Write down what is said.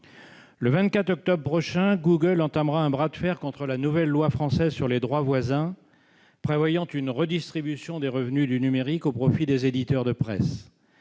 Le 24 octobre prochain, Google entamera un bras de fer contre la nouvelle loi française relative aux droits voisins, qui prévoit une redistribution des revenus du numérique au profit des éditeurs de presse.